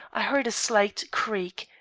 i heard a slight creak.